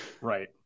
Right